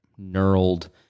knurled